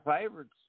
favorites